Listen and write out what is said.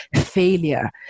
failure